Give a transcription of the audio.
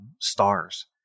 stars